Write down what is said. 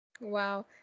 wow